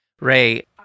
Ray